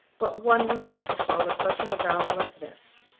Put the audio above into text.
but one result could follow such an avowal as this.